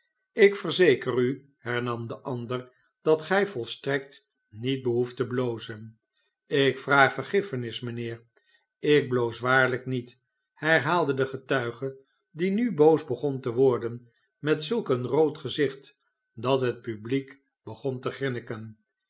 ik verzeker a hernam de ander dat gij volstrekt niet behoeft te blozen ik vraag vergiffenis mijnheer ik bloos waarlijk niet herhaalde de getuige die nu boos begon te worden met zulk een rood gezicht dat het publiek begon te